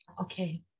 Okay